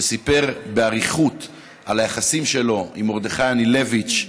שסיפר באריכות על היחסים שלו עם מרדכי אנילביץ',